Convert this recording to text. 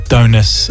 Donus